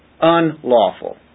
Unlawful